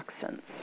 toxins